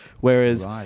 Whereas